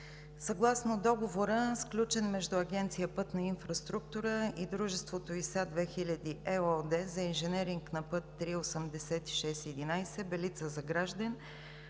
съгласно договора, сключен между Агенция „Пътна инфраструктура“ и Дружеството „ИСА 2000“ ЕООД за инженеринг на път III-8611 Белица – Загражден